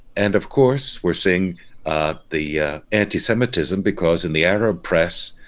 and of course we're seeing the anti-semitism because in the arab press,